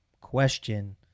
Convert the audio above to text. question